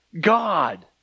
God